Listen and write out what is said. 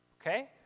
okay